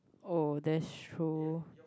oh that's true